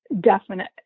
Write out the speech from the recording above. definite